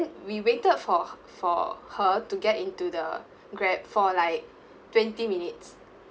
we waited for for her to get into the grab for like twenty minutes